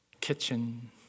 kitchen